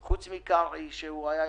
כמובן שהקרן לא מתחילה לפעול.